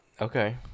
Okay